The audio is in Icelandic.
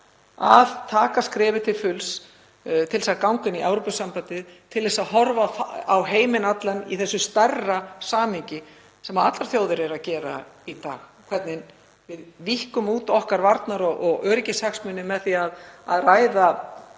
að taka skrefið til fulls til þess að ganga í Evrópusambandið, til að horfa á heiminn allan í þessu stærra samhengi sem allar þjóðir eru að gera í dag, hvernig við víkkum út varnar- og öryggishagsmuni okkar með því að sitja